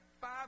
five